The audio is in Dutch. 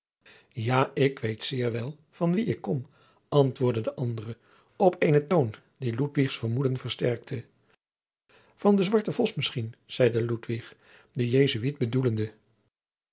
ja ik weet zeer wel van wien ik kom antwoordde de andere op eenen toon die ludwigs vermoeden versterkte van den zwarten vos misschien zeide ludwig den jesuit bedoelende